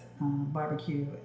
barbecue